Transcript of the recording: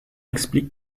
explique